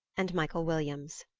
and michael williams.